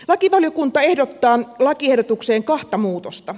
lakivaliokunta ehdottaa lakiehdotukseen kahta muutosta